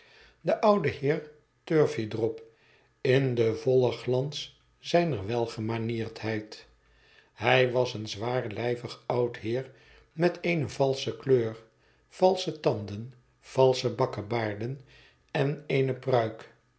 de oude heer turveydrop in den vollen glans zijner welgemanierdheid hij was een zwaarlijvig oud heer met eene valsche kleur valsche tanden valsche bakkebaarden en eene pruik